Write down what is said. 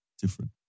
different